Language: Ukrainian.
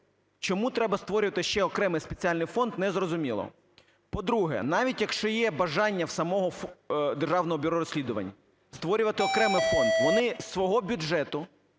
Чому треба створювати ще окремий спеціальний фонд, не зрозуміло. По-друге, навіть якщо є бажання в самого Державного бюро розслідувань створювати окремий фонд, вони із свого бюджету